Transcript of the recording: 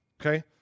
okay